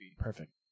Perfect